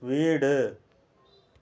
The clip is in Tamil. வீடு